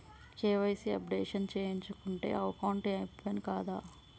KYC updation చేయకుంటే account open కాదా?